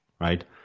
right